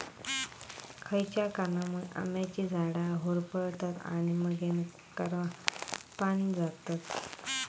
खयच्या कारणांमुळे आम्याची झाडा होरपळतत आणि मगेन करपान जातत?